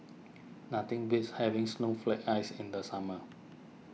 nothing beats having Snowflake Ice in the summer